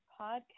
podcast